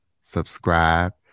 subscribe